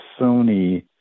Sony